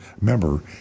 member